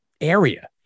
area